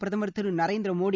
பிரதமர் திரு நரேந்திரமோடி